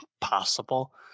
possible